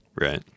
right